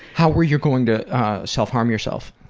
how were you going to self-harm yourself?